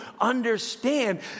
understand